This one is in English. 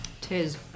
Tis